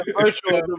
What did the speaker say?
virtual